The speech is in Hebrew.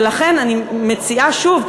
ולכן אני מציעה שוב,